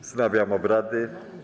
Wznawiam obrady.